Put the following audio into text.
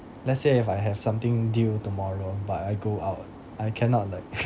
let's say if I have something due tomorrow but I go out I cannot like